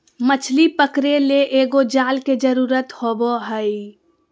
मछली पकरे ले एगो जाल के जरुरत होबो हइ